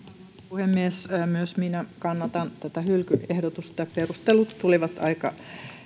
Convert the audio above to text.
puhemies myös minä kannatan tätä hylkyehdotusta perustelut tulivat aika